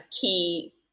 key